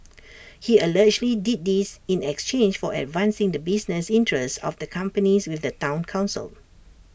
he allegedly did this in exchange for advancing the business interests of the companies with the Town Council